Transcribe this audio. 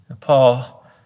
Paul